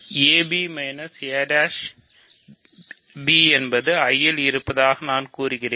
ab a'b என்பது I இல் இருப்பதாக நான் கூறுகிறேன்